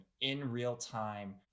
in-real-time